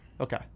Okay